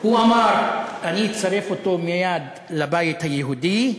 הוא אמר: אני צריך אותו מייד לבית היהודי,